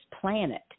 planet